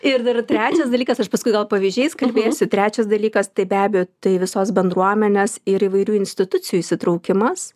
ir dar trečias dalykas aš paskui gal pavyzdžiais kalbėsiu trečias dalykas tai be abejo tai visos bendruomenės ir įvairių institucijų įsitraukimas